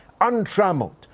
untrammeled